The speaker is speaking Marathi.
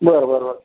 बरं बरं बरं